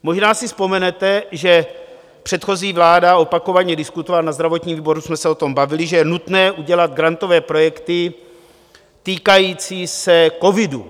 Možná si vzpomenete, že předchozí vláda opakovaně diskutovala, na zdravotním výboru jsme se o tom bavili, že je nutné udělat grantové projekty týkající se covidu.